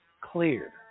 clear